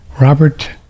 Robert